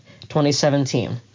2017